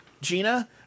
Gina